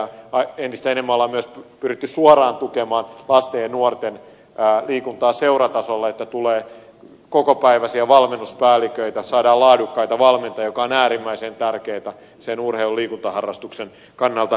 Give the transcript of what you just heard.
entistä enemmän on myös pyritty suoraan tukemaan lasten ja nuorten liikuntaa seuratasolla että tulee kokopäiväisiä valmennuspäälliköitä saadaan laadukkaita valmentajia mikä on äärimmäisen tärkeätä sen urheilu ja liikuntaharrastuksen kannalta